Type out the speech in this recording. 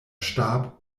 starb